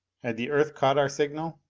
had the earth caught our signal?